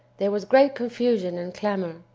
there was great confusion and clamor.